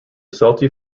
salty